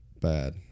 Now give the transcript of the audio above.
bad